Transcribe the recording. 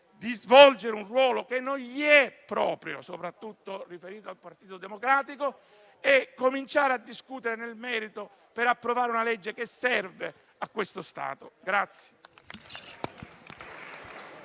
di svolgere un ruolo che non gli è proprio - mi riferisco soprattutto al Partito Democratico - per cominciare a discutere nel merito e approvare una legge che serve a questo Stato.